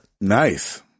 Nice